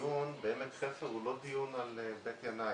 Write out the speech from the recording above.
הדיון בעמק חפר הוא לא דיון על בית ינאי.